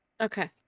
Okay